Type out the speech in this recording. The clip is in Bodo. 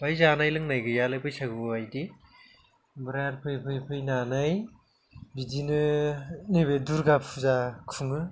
बेहाय जानाय लोंना गैयालाय बैसागुबादि ओमफ्राय आरो फैयै फैयै फैनानै बिदिनो नैबे दुर्गा फुजा खुङो